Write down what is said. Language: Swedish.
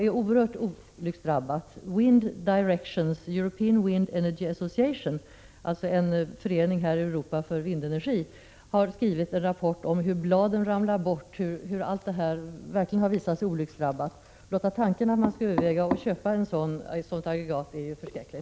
The British and European Wind Energy Association har skrivit en rapport om hur bladen ramlar bort, och dessa aggregat har verkligen visat sig vara olycksdrabbade. Blotta tanken att man skall överväga att köpa ett sådant aggregat är förskräcklig.